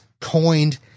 coined